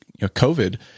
COVID